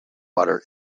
butter